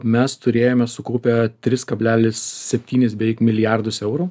mes turėjome sukaupę tris kablelis septynis beveik milijardus eurų